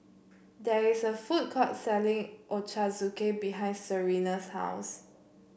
there is a food court selling Ochazuke behind Serina's house